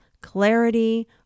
clarity